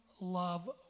love